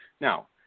Now